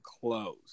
close